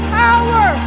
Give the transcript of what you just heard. power